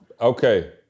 Okay